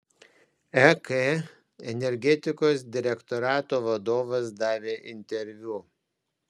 ek energetikos direktorato vadovas davė interviu